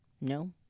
No